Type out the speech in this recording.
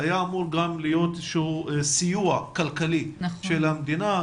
היה אמור להיות איזשהו סיוע כלכלי של המדינה.